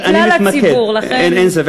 זה כלל הציבור, לכן, אין ספק.